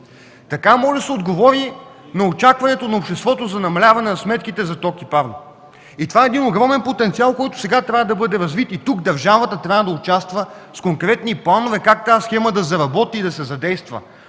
Така може да се отговори на очакването на обществото за намаляване на сметките за ток и парно. Това е един огромен потенциал, който сега трябва да бъде развит и тук държавата трябва да участва с конкретни планове как тази схема да заработи и да се задейства.